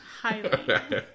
highly